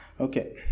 Okay